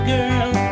girl